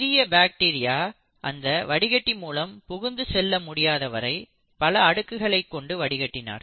சிறிய பாக்டீரியா அந்த வடிகட்டி மூலம் புகுந்து செல்ல முடியாத வரை பல அடுக்குகளைக் கொண்டு வடிகட்டினார்